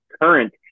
current